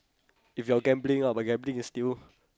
if you're gambling lah but gambling is still